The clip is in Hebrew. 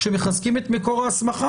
כשמחזקים את מקור ההסמכה,